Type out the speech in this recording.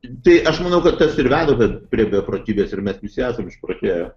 tai aš manau kad tas ir veda prie beprotybės ir mes visi esam išprotėję